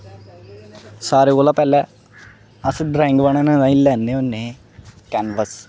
सारे कोला पैह्लें अस ड्राइंग बनाने ताहीं लैन्ने होन्ने कैनवस